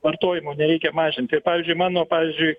vartojimo nereikia mažinti pavyzdžiui mano pavyzdžiui